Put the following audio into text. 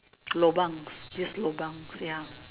lobangs just lobangs ya